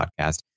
podcast